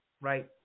right